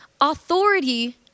authority